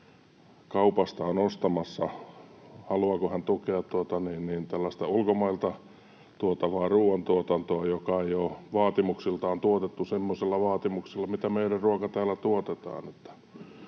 kaupasta on ostamassa: haluaako hän tukea tällaista ulkomailta tuotavaa ruoantuotantoa, joka ei ole vaatimuksiltaan tuotettu semmoisilla vaatimuksilla, miten meidän ruokamme täällä tuotetaan.